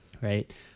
Right